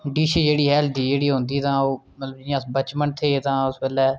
dish जेह्ड़ी healthy होंदी तां ओह् मतलब जि'यां अस बचपन हे तां ओह् उस बेल्लै